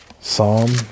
Psalm